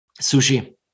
Sushi